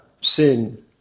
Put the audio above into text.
sin